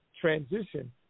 transition